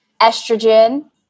estrogen